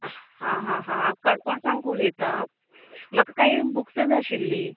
आहाहा हांव काणकोणसांक उलयतां म्हाका काई बुक्स जाय आशिल्ली